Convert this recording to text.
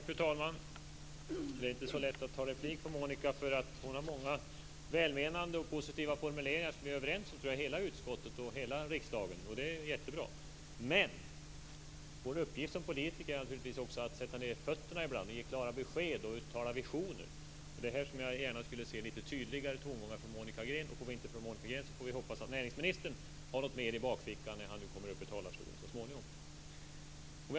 Fru talman! Det är inte så lätt att ta replik på Monica Green, därför att hon har många välmenande och positiva formuleringar, som vi är överens om i hela utskottet och i hela riksdagen. Det är jättebra. Men vår uppgift som politiker är naturligtvis också att sätta ned fötterna ibland, ge klara besked och uttala visioner. Det är här som jag skulle vilja se tydligare tongångar. Om vi inte får det från Monica Green hoppas jag att näringsministern har något mer i bakfickan när han så småningom kommer upp i talarstolen.